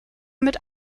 mit